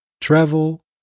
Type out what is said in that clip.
travel